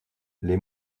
les